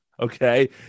Okay